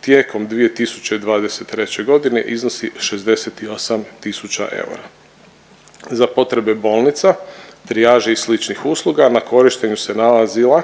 tijekom 2023.g. iznosi 68 tisuća eura. Za potrebe bolnica, trijaže i sličnih usluga na korištenju se nalazila